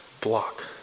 block